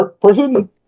person